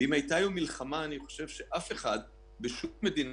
אם הייתה היום מלחמה אני חושב שאף אחד בשום מדינה,